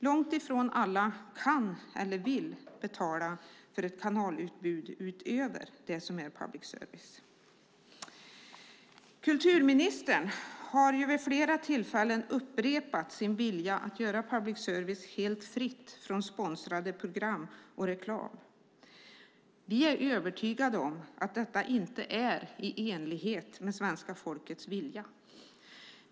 Långtifrån alla kan eller vill betala för ett kanalutbud utöver det som är public service. Kulturministern har vid flera tillfällen upprepat sin vilja att göra public service helt fri från sponsrade program och reklam. Vi är övertygade om att detta inte är i enlighet med svenska folkets vilja.